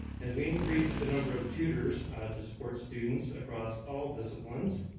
as we increase the number of tutors to support students across all disciplines,